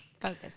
focus